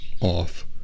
off